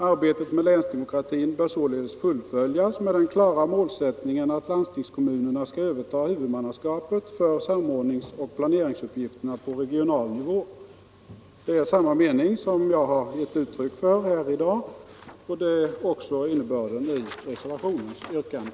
Arbetet med länsdemokratin bör sålunda fullföljas med den klara målsättningen, att landstingskommunerna skall överta huvudmannaskapet för samordningsoch planeringsuppgifterna på regional nivå.” Det är samma mening som jag har gett uttryck för här i dag, och det är också innebörden i reservationens yrkande.